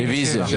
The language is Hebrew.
רוויזיה.